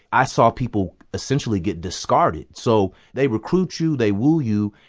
i saw people essentially get discarded. so they recruit you. they woo you.